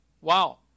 Wow